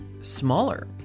smaller